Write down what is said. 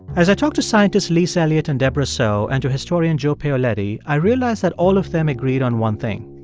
as i talk to scientists lise eliot and debra soh and to historian jo paoletti, i realize that all of them agreed on one thing.